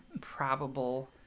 probable